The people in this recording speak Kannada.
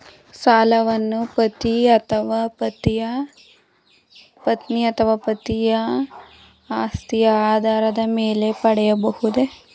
ಸಾಲವನ್ನು ಪತ್ನಿ ಅಥವಾ ಪತಿಯ ಆಸ್ತಿಯ ಆಧಾರದ ಮೇಲೆ ಪಡೆಯಬಹುದೇ?